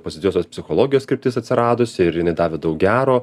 pozityviosios psichologijos kryptis atsiradusi ir jinai davė daug gero